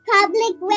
Public